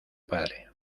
padre